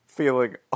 feeling